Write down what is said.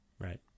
Right